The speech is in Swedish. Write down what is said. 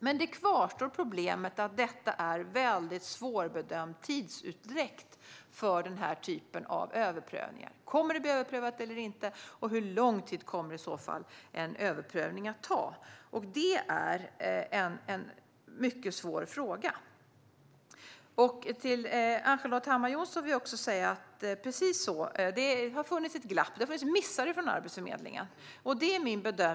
Men problemet att det är en svårbedömd tidsutdräkt för denna typ av överprövningar kvarstår. Kommer det att bli överprövat eller inte, och hur lång tid kommer i så fall en överprövning att ta? Det är en mycket svår fråga. Till Ann-Charlotte Hammar Johnsson vill jag säga att det har funnits ett glapp. Det har gjorts missar ifrån Arbetsförmedlingens sida.